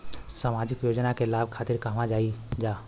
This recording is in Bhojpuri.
सामाजिक योजना के लाभ खातिर कहवा जाई जा?